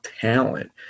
talent